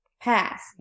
pass